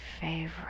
favorite